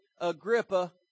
Agrippa